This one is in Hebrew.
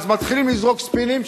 אז מתחילים לזרוק ספינים,